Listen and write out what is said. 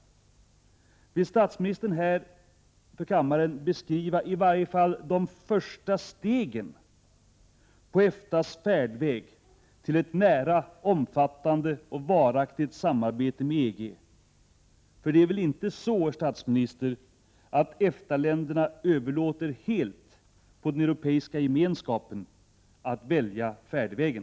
Vill statsministern för kammaren beskriva i varje fall de första stegen på EFTA:s färdväg till ett nära, omfattande och varaktigt samarbete med EG! Det är väl inte så, herr statsminister, att EFTA-länderna överlåter helt på den europeiska gemenskapen att välja färdvägen?